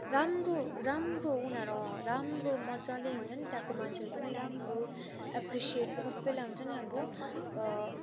राम्रो राम्रो उनीहरू राम्रो मज्जाले हुन्छ नि त्यहाँको मान्छेहरू पनि राम्रो एप्रिसिएट सबैलाई हुन्छ नि अब